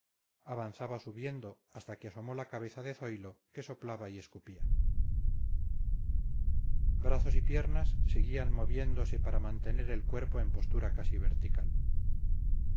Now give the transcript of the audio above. avanzaba subiendo hasta que asomó la cabeza de zoilo que soplaba y escupía brazos y piernas seguían moviéndose para mantener el cuerpo en postura casi vertical